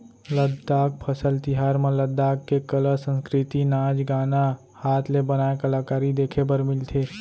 लद्दाख फसल तिहार म लद्दाख के कला, संस्कृति, नाच गाना, हात ले बनाए कलाकारी देखे बर मिलथे